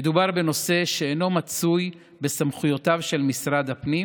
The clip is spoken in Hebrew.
מדובר בנושא שאינו מצוי בסמכויותיו של משרד הפנים